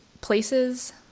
places